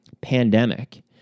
pandemic